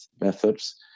methods